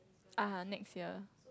ah next year